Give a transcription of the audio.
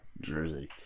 Jersey